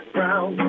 Brown